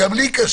גם לי קשה,